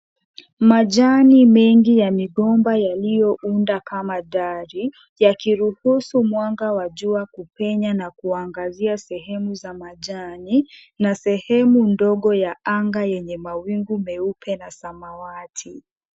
Majani mengi ya migomba yaliyounda kama ndari yakiruhusu jua kupenya na kuangazia sehemu za majani na sehemu ndogo ya anga yenye mawingu meupe na samawati.